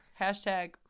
Hashtag